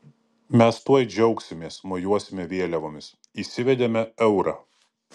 mes tuoj džiaugsimės mojuosime vėliavomis įsivedėme eurą